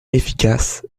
efficace